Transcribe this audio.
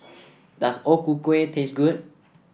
does O Ku Kueh taste good